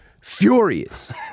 furious